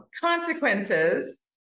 consequences